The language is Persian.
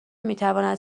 میتواند